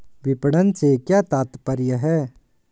विपणन से क्या तात्पर्य है?